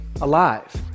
alive